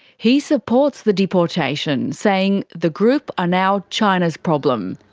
he supports the deportation, saying the group are now china's problem,